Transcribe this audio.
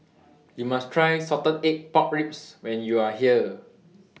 YOU must Try Salted Egg Pork Ribs when YOU Are here